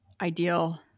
ideal